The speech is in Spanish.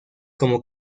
como